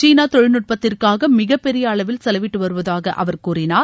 சீனா தொழில்நுட்பத்திற்காக மிகப்பெரிய அளவில் செலவிட்டு வருவதாக அவர் கூறினார்